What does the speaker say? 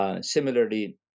Similarly